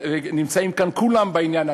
נמצאים כאן כולם בעניין,